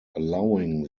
allowing